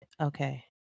Okay